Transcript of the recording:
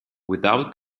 without